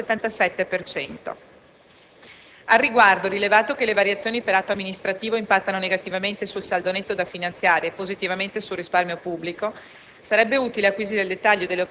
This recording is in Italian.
aumentando dell'1,77 per cento. Al riguardo, rilevato che le variazioni per atto amministrativo impattano negativamente sul saldo netto da finanziare e positivamente sul risparmio pubblico,